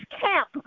camp